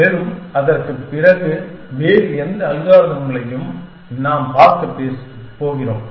மேலும் அதற்குப் பிறகுவேறு எந்த அல்காரிதத்தையும் நாம் பார்க்கப் போகிறோம்